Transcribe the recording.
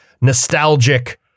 nostalgic